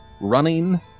running